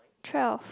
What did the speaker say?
twelve